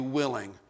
willing